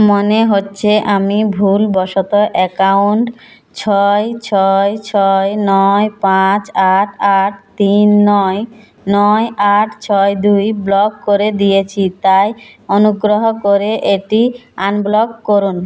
মনে হচ্ছে আমি ভুলবশত অ্যাকাউন্ট ছয় ছয় ছয় নয় পাঁচ আট আট তিন নয় নয় আট ছয় দুই ব্লক করে দিয়েছি তাই অনুগ্রহ করে এটি আনব্লক করুন